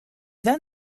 then